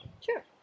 Sure